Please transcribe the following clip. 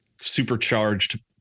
supercharged